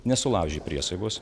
nesulaužė priesaikos